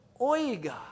oiga